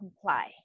comply